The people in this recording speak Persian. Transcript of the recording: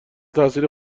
تأثیر